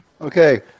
okay